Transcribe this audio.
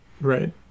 Right